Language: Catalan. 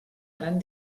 gran